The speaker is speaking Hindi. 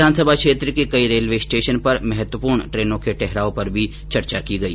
विधानसभा क्षेत्र के कई रेलवे स्टेशन पर महत्वपूर्ण ट्रेनों के ठहराव पर भी चर्चा की गई